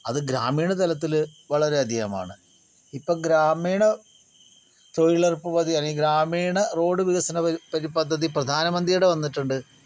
അത് ഗ്രാമീണ തലത്തിൽ വളരെ അധികമാണ് ഇപ്പോൾ ഗ്രാമീണ തൊഴിലുറപ്പ് പദ്ധതി അല്ലെങ്കിൽ ഗ്രാമീണ റോഡ് വികസന പദ്ധതി പ്രധാനമന്ത്രിയുടെ വന്നിട്ടുണ്ട്